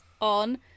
on